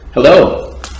Hello